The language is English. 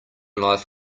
life